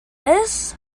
this